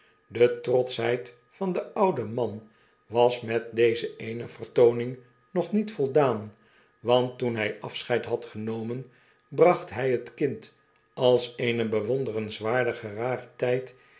de trotschheid van den ouden man was met deze eene vertooning nog niet voldaan want toen hy afscheid had genomen bracht hy het kind als eene bewonderenswaardige